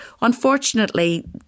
Unfortunately